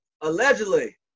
Allegedly